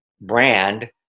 brand